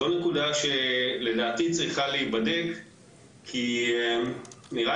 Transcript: זו נקודה שלדעתי צריכה להיבדק כי נראה